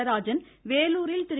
நடராஜன் வேலூரில் திரு